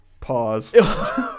pause